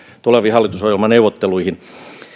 tuleviin hallitusohjelmaneuvotteluihin